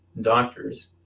doctors